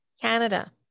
Canada